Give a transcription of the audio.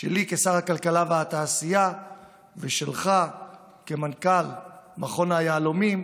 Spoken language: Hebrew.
שלי כשר הכלכלה והתעשייה ושלך כמנכ"ל מכון היהלומים,